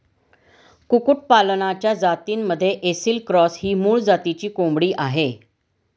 कुक्कुटपालनाच्या जातींमध्ये ऐसिल क्रॉस ही मूळ जातीची कोंबडी आहे